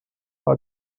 for